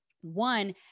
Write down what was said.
one